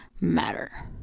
matter